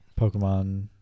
Pokemon